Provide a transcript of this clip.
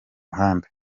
muhanda